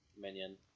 minion